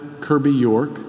Kirby-York